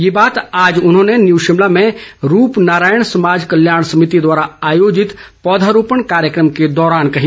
ये बात आज उन्होंने न्यू शिमला में रूप नारायण समाज कल्याण समिति द्वारा आयोजित पौधरोपण कार्यक्रम के दौरान कही